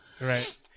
Right